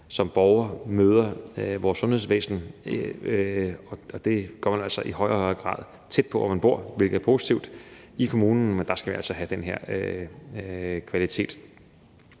som borger møder vores sundhedsvæsen. Det gør man altså i højere og højere grad tæt på, hvor man bor i kommunen, hvilket er positivt. Men der skal vi altså have den her kvalitet.